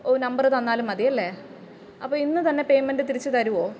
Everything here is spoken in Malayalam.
ഓ നമ്പര് തന്നാലും മതിയല്ലേ അപ്പോള് ഇന്ന് തന്നെ പേയ്മെൻ്റ് തിരിച്ച് തരുമോ